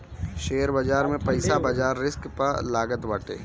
share बाजार में पईसा बाजार रिस्क पअ लागत बाटे